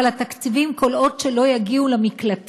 אבל התקציבים, כל עוד לא יגיעו למקלטים,